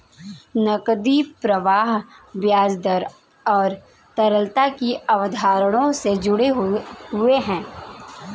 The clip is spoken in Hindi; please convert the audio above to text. नकदी प्रवाह ब्याज दर और तरलता की अवधारणाओं से जुड़े हुए हैं